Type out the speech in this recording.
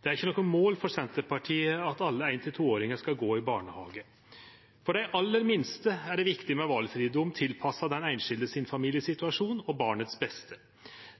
Det er ikkje noko mål for Senterpartiet at alle eitt- og toåringar skal gå i barnehage. For dei aller minste er det viktig med valfridom tilpassa familiesituasjonen til den einskilde og barnets beste.